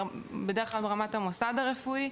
ברמת המוסד הרפואי.